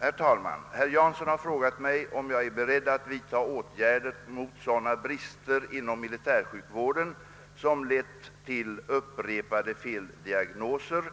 Herr talman! Herr Jansson har frågat mig, om jag är beredd att vidta åtgärder mot sådana brister inom militärsjukvården som lett till upprepade feldiagnoser